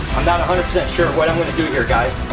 i'm not a hundred percent sure of what i'm gonna do here guys.